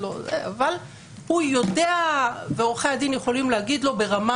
אבל הוא יודע ועורכי הדין יכולים להגיד לו ברמה